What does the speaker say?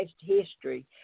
history